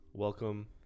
Welcome